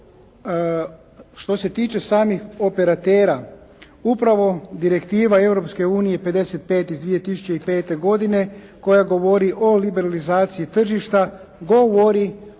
što se tiče samih operatera, upravo direktiva Europske unije 55 iz 2005. godine koja govori o liberalizaciji tržišta, govori